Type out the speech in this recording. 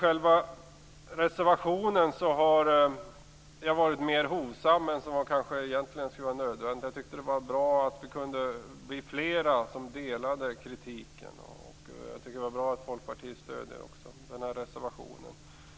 I reservationen är jag mera hovsam än som kanske egentligen är nödvändigt men jag tyckte att det var bra att vi kunde bli flera som delade kritiken. Det är bra att också Folkpartiet stöder reservationen.